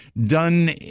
done